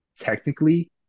technically